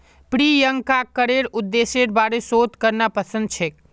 प्रियंकाक करेर उद्देश्येर पर शोध करना पसंद छेक